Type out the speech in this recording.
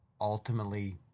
ultimately